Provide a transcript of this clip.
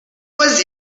was